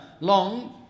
long